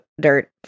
dirt